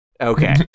Okay